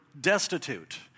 destitute